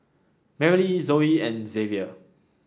Merrily Zoey and Xzavier